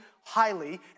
highly